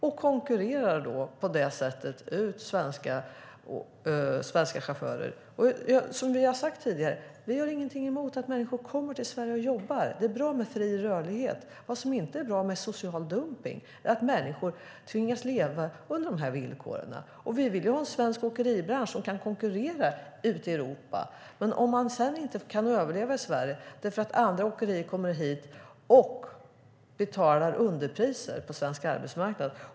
De konkurrerar ut svenska chaufförer. Som vi har sagt tidigare har vi ingenting emot att människor kommer till Sverige och jobbar; det är bra med fri rörlighet. Vad som inte är bra med social dumpning är att människor tvingas leva under sådana här villkor. Vi vill ha en svensk åkeribransch som kan konkurrera i Europa. Man kan inte överleva i Sverige för att andra åkerier kommer hit och betalar underpriser på svensk arbetsmarknad.